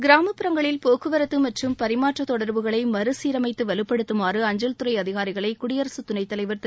கிராமப்புறங்களில் போக்குவரத்து மற்றம் பரிமாற்ற தொடர்புகளை மறுசீரஸமத்து வலுப்படுத்தமாறு அஞ்சல்துறை அதிகாரிகளை குடியரசுத் துணைத் தலைவர் திரு